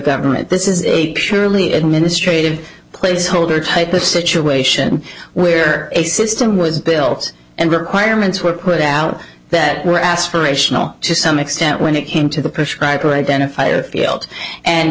government this is a purely administrative placeholder type of situation where a system was built and requirements were put out that were aspirational to some extent when it came to the press riper identifier field and